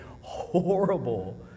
horrible